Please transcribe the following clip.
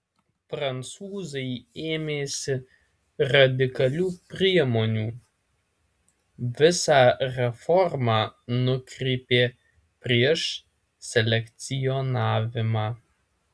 prancūzai ėmėsi radikalių priemonių visą reformą nukreipė prieš selekcionavimą